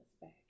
back